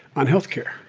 on health care,